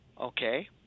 okay